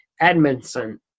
Edmondson